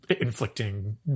inflicting